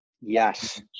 yes